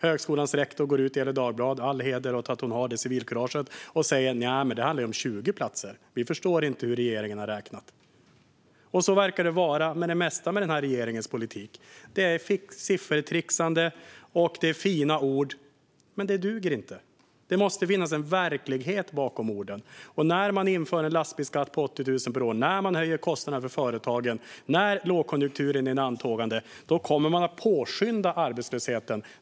Högskolans rektor gick ut i Gefle Dagblad - all heder åt henne för att hon visade det civilkuraget - och sa: Nja, det handlar om 20 platser - vi förstår inte hur regeringen har räknat. Så verkar det vara med det mesta med den här regeringens politik. Det är siffertrixande och fina ord, men det duger inte. Det måste finnas en verklighet bakom orden. När man inför en lastbilsskatt på 80 000 kronor per år och höjer kostnaderna för företagen och lågkonjunkturen är i antågande kommer man att påskynda arbetslösheten.